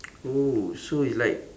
oh so you like